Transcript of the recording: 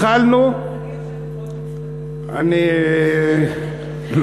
סליחה, אני יושבת-ראש המפלגה.